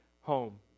home